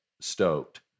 stoked